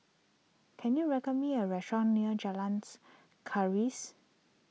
can you record me a restaurant near Jalan's Keris